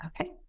Okay